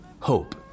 hope